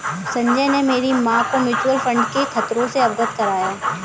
संजय ने मेरी मां को म्यूचुअल फंड के खतरों से अवगत कराया